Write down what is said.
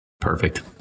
perfect